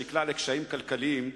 שנקלע לקשיים כלכליים,